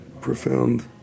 profound